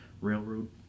railroad